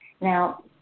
Now